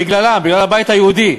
בגללם, בגלל הבית היהודי,